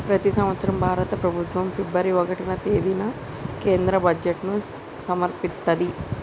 ప్రతి సంవత్సరం భారత ప్రభుత్వం ఫిబ్రవరి ఒకటవ తేదీన కేంద్ర బడ్జెట్ను సమర్పిత్తది